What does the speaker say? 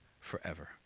forever